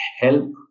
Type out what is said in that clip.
help